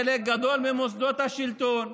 חלק גדול ממוסדות השלטון,